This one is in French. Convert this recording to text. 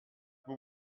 vous